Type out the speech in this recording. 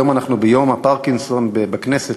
היום אנחנו ביום הפרקינסון בכנסת,